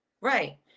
right